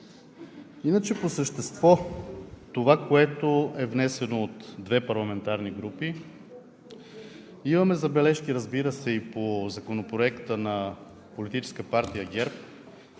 Иначе по същество по това, което е внесено от две парламентарни групи, имаме забележки, разбира се, и по Законопроекта на Политическа партия ГЕРБ.